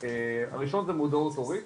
הראשון זה מודעות הורית,